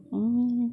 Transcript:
orh